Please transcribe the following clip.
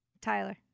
Tyler